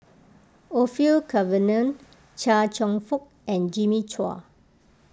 Orfeur Cavenagh Chia Cheong Fook and Jimmy Chua